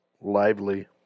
lively